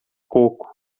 coco